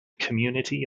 community